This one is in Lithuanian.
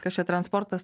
kas čia transportas